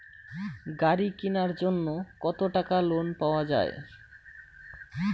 গাড়ি কিনার জন্যে কতো টাকা লোন পাওয়া য়ায়?